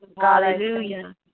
Hallelujah